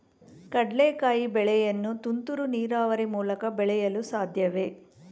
ಕಡ್ಲೆಕಾಯಿ ಬೆಳೆಯನ್ನು ತುಂತುರು ನೀರಾವರಿ ಮೂಲಕ ಬೆಳೆಯಲು ಸಾಧ್ಯವೇ?